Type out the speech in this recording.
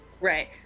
right